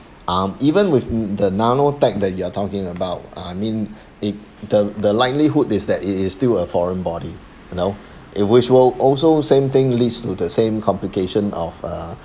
um even with the nanotech that you are talking about I mean it the the likelihood is that it is still a foreign body you know in which will also same thing leads to the same complication of uh